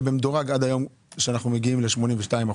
ובמדורג עד היום שאנו מגיעים ל-82%,